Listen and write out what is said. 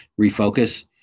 refocus